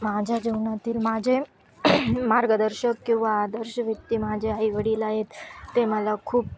माझ्या जीवनातील माझे मार्गदर्शक किंवा आदर्श व्यक्ती माझे आईवडील आहेत ते मला खूप